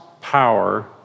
power